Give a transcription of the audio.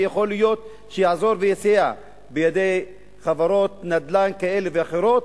שיכול להיות שיעזור ויסייע בידי חברות נדל"ן כאלה ואחרות,